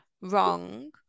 wrong